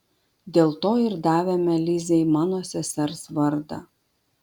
dėl to ir davėme lizei mano sesers vardą